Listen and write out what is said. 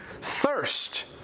thirst